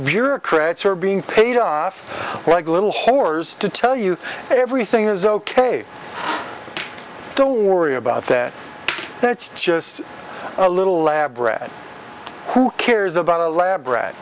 bureaucrats are being paid off like little whores to tell you everything is ok don't worry about that that's just a little lab rat who cares about a lab rat